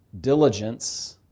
diligence